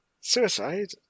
suicide